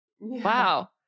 Wow